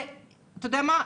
אתה יודע מה?